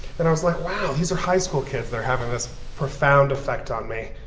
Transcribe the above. and i was like, wow! these are high school kids that are having this profound effect on me,